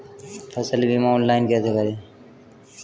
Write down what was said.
फसल बीमा ऑनलाइन कैसे करें?